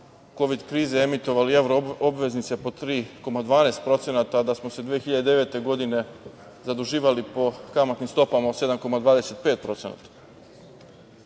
Kovid krize emitovali evroobveznice po 3,12% a da smo se 2009. godine zaduživali po kamatnim stopama od 7,25%.Ako